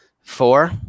four